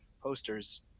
posters